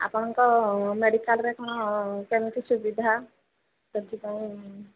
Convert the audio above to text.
ଆପଣଙ୍କ ମେଡ଼ିକାଲରେ କ'ଣ କେମିତି ସୁବିଧା କେମିତି କ'ଣ